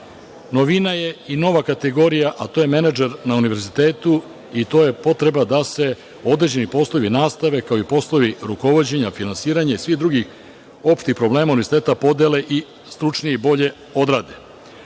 Novina je i nova kategorija, a to je menadžer na univerzitetu i to je potreba da se određeni poslovi nastave, kao i poslovi rukovođenja, finansiranja i svih drugih opštih problema univerziteta podele i stručnije i bolje odrade. Organ